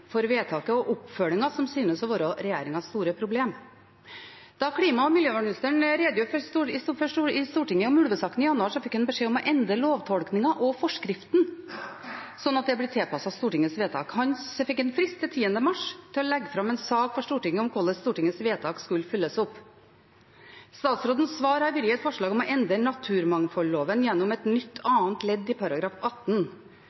for vedtaket og oppfølgingen som synes å være regjeringens store problem. Da klima- og miljøministeren redegjorde i Stortinget om ulvesaken i januar, fikk han beskjed om å endre lovtolkingen og forskriften, slik at det ble tilpasset Stortingets vedtak. Han fikk frist til 10. mars med å legge fram en sak for Stortinget om hvordan Stortingets vedtak skulle følges opp. Statsrådens svar har vært et forslag om å endre naturmangfoldloven gjennom et nytt andre ledd i § 18,